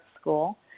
school